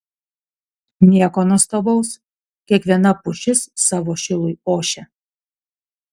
nieko nuostabaus kiekviena pušis savo šilui ošia